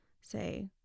say